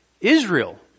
Israel